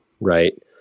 right